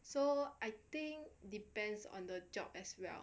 so I think depends on the job as well